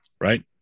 right